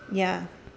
ya